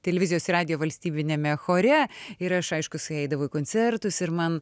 televizijos ir radijo valstybiniame chore ir aš aišku su ja eidavau į koncertus ir man